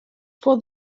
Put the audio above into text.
for